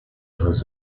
has